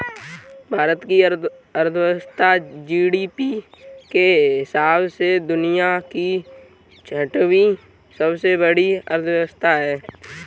भारत की अर्थव्यवस्था जी.डी.पी के हिसाब से दुनिया की छठी सबसे बड़ी अर्थव्यवस्था है